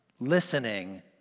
listening